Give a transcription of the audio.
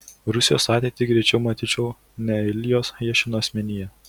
rusijos ateitį greičiau matyčiau ne iljos jašino asmenyje